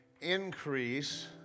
increase